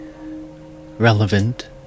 relevant